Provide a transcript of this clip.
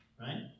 Right